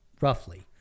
roughly